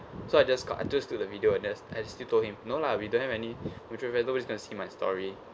so I just got I the video and I I just still told him no lah we don't have any mutual friends who's going to see my story